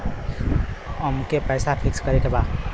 अमके पैसा फिक्स करे के बा?